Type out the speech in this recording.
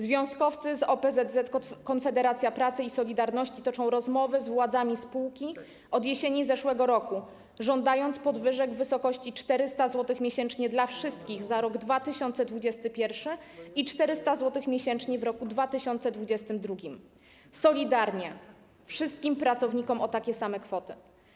Związkowcy z OPZZ Konfederacja Pracy i „Solidarności” toczą rozmowy z władzami spółki od jesieni zeszłego roku, żądając podwyżek w wysokości 400 zł miesięcznie dla wszystkich za rok 2021 i 400 zł miesięcznie w roku 2022, solidarnie wszystkim pracownikom o takie same kwoty.